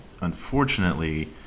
unfortunately